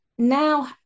now